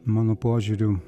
mano požiūriu